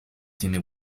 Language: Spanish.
tiene